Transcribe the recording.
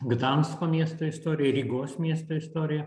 gdansko miesto istorija rygos miesto istorija